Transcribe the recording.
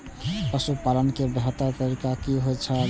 पशुपालन के बेहतर तरीका की होय छल?